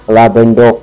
Labendo